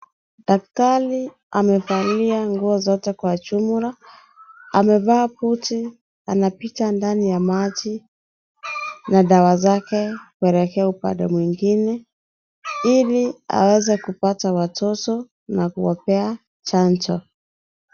Daktari amevalia nguo zote kwa jumla. Amevaa buti, anapita ndani ya maji na dawa zake kuelekea upande mwingine ili aweze kupata watoto na kuwapea chanjo.